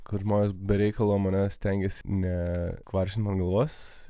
kad žmonės be reikalo manęs stengiasi ne kvaršint man galvos